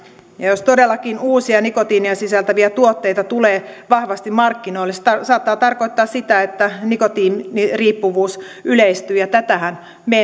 ja jos todellakin uusia nikotiinia sisältäviä tuotteita tulee vahvasti markkinoille se saattaa tarkoittaa sitä että nikotiiniriippuvuus yleistyy tätähän me